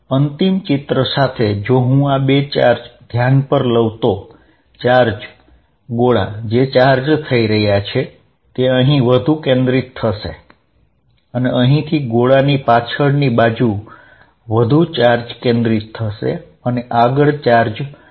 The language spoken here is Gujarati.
અંતિમ ચિત્ર સાથે જો હું આ બે ચાર્જ ધ્યાન પર લઉ તો ચાર્જ ગોળા જે ચાર્જ થઈ રહ્યા છે તે અહીં વધુ કેન્દ્રિત થશે અને અહીંથી ગોળાની પાછળની બાજુ વધુ ચાર્જ કેન્દ્રિત થશે અને આગળ ચાર્જ ઓછો થશે